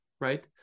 right